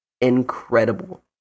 incredible